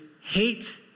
hate